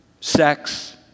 sex